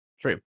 True